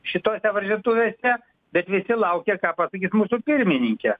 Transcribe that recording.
šitose varžytuvėse bet visi laukia ką pasakys mūsų pirmininkė